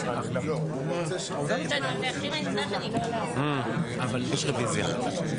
בסדר היום: בקשות חברי הכנסת להקדמת הדיון בהצעות החוק לביטול